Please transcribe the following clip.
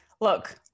look